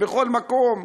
בכל מקום,